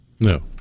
No